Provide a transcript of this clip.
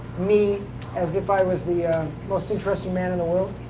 me as if i was the most interesting man in the world.